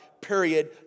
period